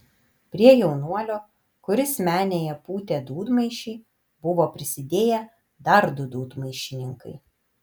prie jaunuolio kuris menėje pūtė dūdmaišį buvo prisidėję dar du dūdmaišininkai